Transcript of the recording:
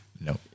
No